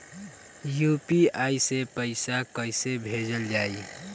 UPI से पैसा कइसे भेजल जाई?